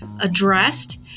addressed